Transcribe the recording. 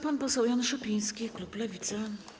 Pan poseł Jan Szopiński, klub Lewicy.